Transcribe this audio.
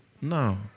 No